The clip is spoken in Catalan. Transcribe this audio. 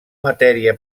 matèria